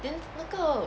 then 那个